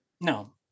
No